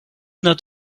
not